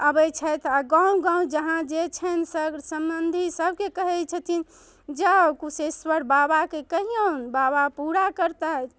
आबै छथि आओर गाम गाम जहाँ जे छनि सर सम्बन्धी सभके कहै छथिन जाउ कुशेश्वर बाबाके कहिऔन बाबा पूरा करतथि